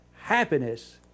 Happiness